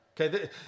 okay